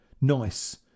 nice